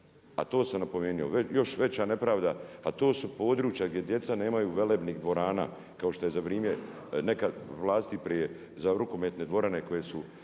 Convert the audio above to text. a to sam napomenuo, još veća nepravda, a to su područja gdje djeca nemaju velebnih dvorana kao što je za vrijeme nekad vlasti prije za rukometne dvorane koje su